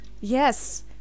Yes